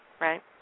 Right